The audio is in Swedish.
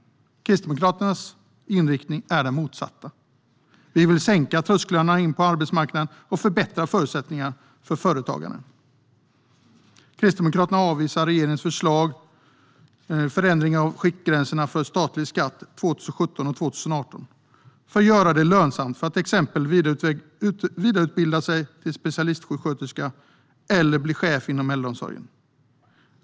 Kristdemokraternas inriktning är den motsatta. Vi vill sänka trösklarna in till arbetsmarknaden och förbättra förutsättningarna för företagande. Kristdemokraterna avvisar regeringens föreslagna förändring av skiktgränserna för statlig skatt 2017 och 2018 för att göra det lönsamt att exempelvis vidareutbilda sig till specialistsjuksköterska eller att bli chef inom äldreomsorgen.